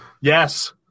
Yes